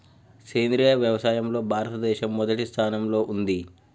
సేంద్రియ వ్యవసాయంలో భారతదేశం మొదటి స్థానంలో ఉంది